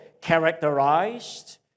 characterized